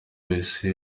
wese